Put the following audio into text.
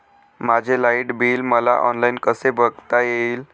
माझे light bill मला online कसे बघता येईल?